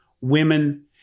women